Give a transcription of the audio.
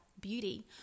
beauty